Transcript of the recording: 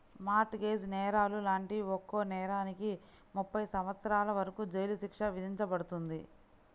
mart gauge నేరాలు లాంటి ఒక్కో నేరానికి ముప్పై సంవత్సరాల వరకు జైలు శిక్ష విధించబడుతుంది